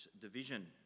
division